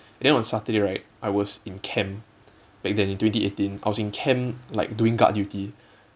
and then on saturday right I was in camp back then twenty eighteen I was in camp like doing guard duty